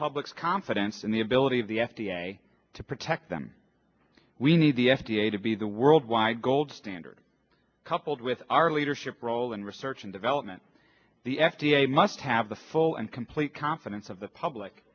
public's confidence in the ability of the f d a to protect them we need the f d a to be the worldwide gold standard coupled with our leadership role in research and development the f d a must have the full and complete confidence of the public